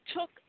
took